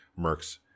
Mercs